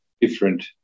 different